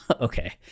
Okay